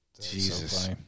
Jesus